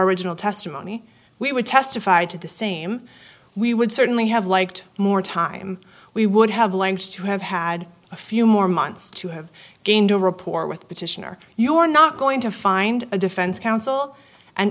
original testimony we would testify to the same we would certainly have liked more time we would have alleged to have had a few more months to have gained a report with petitioner you are not going to find a defense counsel and